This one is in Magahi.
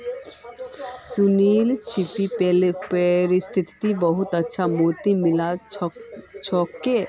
सुनील छि पेरिसत बहुत अच्छा मोति मिल छेक